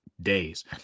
days